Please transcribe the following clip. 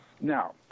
Now